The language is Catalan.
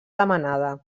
demanada